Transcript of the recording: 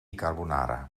carbonara